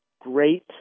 great